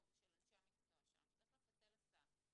ושל אנשי המקצוע שם שצריך לפצל הסעה.